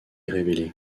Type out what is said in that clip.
révélé